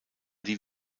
die